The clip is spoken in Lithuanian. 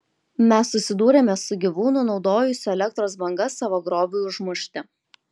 mes susidūrėme su gyvūnu naudojusiu elektros bangas savo grobiui užmušti